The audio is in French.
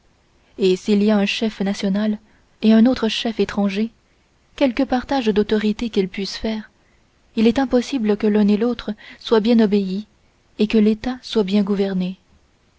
et s'il y a un chef national et un autre chef étranger quelque partage d'autorité qu'ils puissent faire il est impossible que l'un et l'autre soient bien obéis et que l'état soit bien gouverné